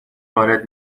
وارد